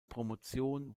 promotion